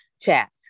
chat